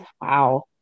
wow